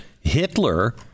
Hitler